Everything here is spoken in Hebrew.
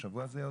היום אנחנו לא